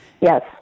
Yes